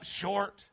short